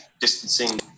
distancing